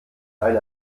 eine